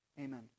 amen